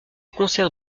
concerts